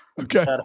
okay